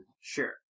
Sure